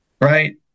Right